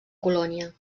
colònia